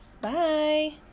Bye